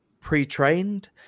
pre-trained